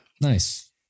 Nice